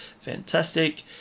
fantastic